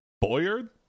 Boyard